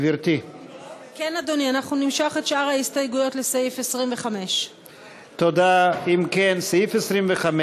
הציוני (מיקי רוזנטל) לסעיף תקציבי 25,